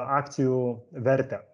akcijų vertę